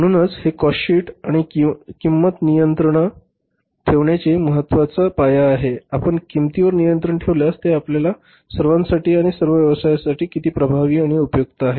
म्हणूनच हे cost sheet आणि किंमतीवर नियंत्रण ठेवण्याचे महत्त्व याबद्दलचा हा एक पाया आहे की आपण किंमतीवर नियंत्रण ठेवल्यास ते आपल्या सर्वांसाठी आणि सर्व व्यवसायांसाठी किती प्रभावी आणि उपयुक्त आहे